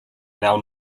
now